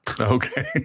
Okay